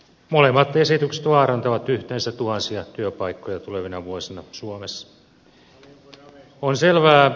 molemmat esitykset vaarantavat yhteensä tuhansia työpaikkoja tulevina vuosina suomessa